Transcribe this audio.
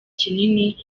kinini